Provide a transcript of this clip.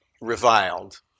reviled